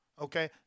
okay